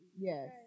Yes